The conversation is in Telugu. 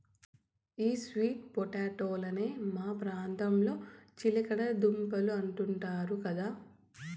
ఈ స్వీట్ పొటాటోలనే మా ప్రాంతంలో చిలకడ దుంపలంటున్నారు కదా